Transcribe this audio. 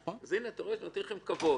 הינה, אתה רואה, נותנים לכם כבוד.